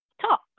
talk